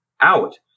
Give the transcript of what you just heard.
out